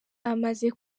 amaze